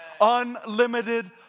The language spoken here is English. unlimited